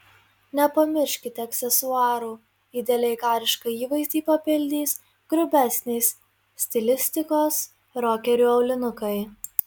nepamirškite aksesuarų idealiai karišką įvaizdį papildys grubesnės stilistikos rokerių aulinukai